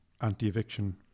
anti-eviction